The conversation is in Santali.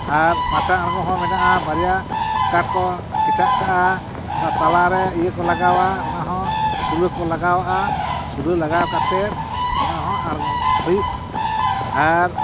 ᱟᱨ ᱯᱟᱴᱟ ᱟᱬᱜᱚᱢ ᱦᱚᱸ ᱢᱮᱱᱟᱜᱼᱟ ᱵᱟᱨᱭᱟ ᱠᱟᱴ ᱠᱚ ᱠᱮᱪᱟᱜ ᱠᱟᱜᱼᱟ ᱚᱱᱟ ᱛᱟᱞᱟᱨᱮ ᱤᱭᱟᱹ ᱠᱚ ᱞᱟᱜᱟᱣᱟ ᱚᱱᱟ ᱦᱚᱸ ᱥᱩᱞᱟᱹ ᱠᱚ ᱞᱟᱜᱟᱣᱟᱜᱼᱟ ᱥᱩᱞᱟᱹ ᱞᱟᱜᱟᱣ ᱠᱟᱛᱮ ᱚᱱᱟ ᱦᱚᱸ ᱟᱬᱜᱚᱢ ᱦᱩᱭᱩᱜ ᱠᱟᱱᱟ ᱟᱨ